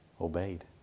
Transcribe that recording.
obeyed